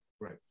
Right